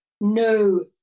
no